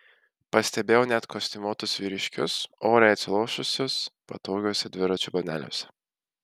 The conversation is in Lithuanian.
pastebėjau net kostiumuotus vyriškius oriai atsilošusius patogiuose dviračių balneliuose